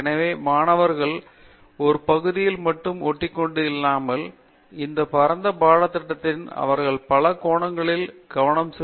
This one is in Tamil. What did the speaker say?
எனவே மாணவர்கள் ஒரு பகுதியில் மட்டும் ஒட்டிக்கொண்டு இல்லாமல் இந்த பரந்த பாடத்திட்டங்கள் அவர்களை பல கோணங்களில் கவனம் செலுத்த முயற்சி செய்கிறது